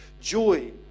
Joy